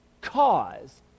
cause